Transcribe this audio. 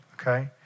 okay